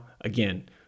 Again